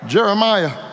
Jeremiah